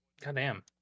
goddamn